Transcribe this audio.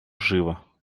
живо